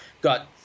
got